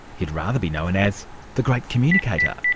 he'd rather be known as the great communicator.